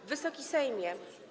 Wysoki Sejmie!